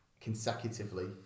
consecutively